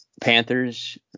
panthers